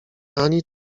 ani